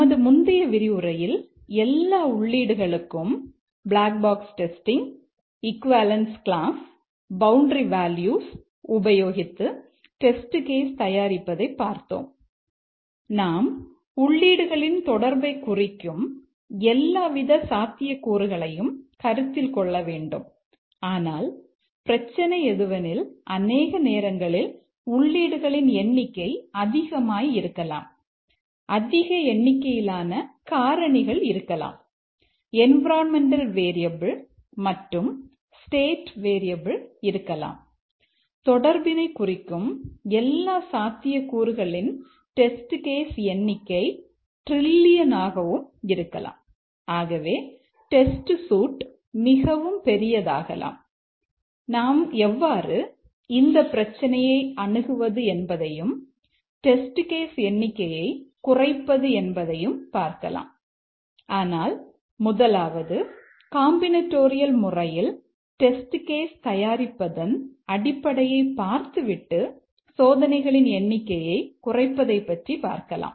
நமது முந்தைய விரிவுரையில் எல்லா உள்ளீடுளுக்கும் பிளாக் பாக்ஸ் டெஸ்டிங் தயாரிப்பதன் அடிப்படையை பார்த்துவிட்டு சோதனைகளின் எண்ணிக்கையை குறைப்பதை பற்றி பார்க்கலாம்